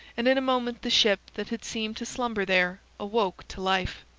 and in a moment the ship that had seemed to slumber there, awoke to life.